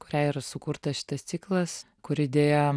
kuriai yra sukurta šitas ciklas kuri deja